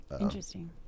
Interesting